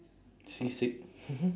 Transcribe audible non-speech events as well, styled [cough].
seasick [laughs]